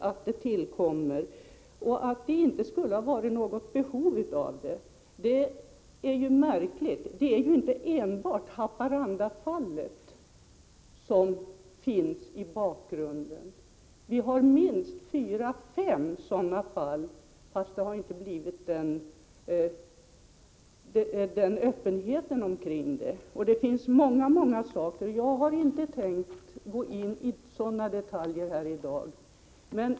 Att påstå att det inte skulle föreligga något behov av det är märkligt. Inte enbart Haparandafallet finns i bakgrunden. Vi har minst fyra fem sådana fall, fastän det inte har blivit samma öppenhet omkring dem. Det finns också många andra saker att diskutera. Men jag har inte tänkt att gå in på sådana detaljer här i dag.